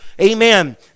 Amen